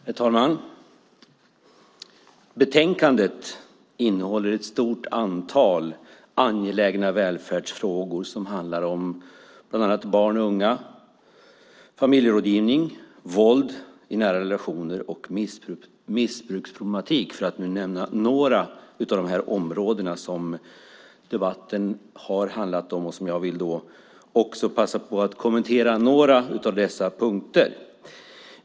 Herr talman! I betänkandet tas ett stort antal angelägna välfärdsfrågor upp. De handlar bland annat om barn och unga, familjerådgivning, våld i nära relationer och missbruksproblematik. Det är några av de områden som debatten har handlat om, och jag vill också passa på att kommentera några av dessa punkter.